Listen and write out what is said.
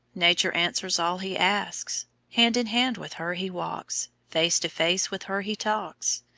nature answers all he asks hand in hand with her he walks, face to face with her he talks,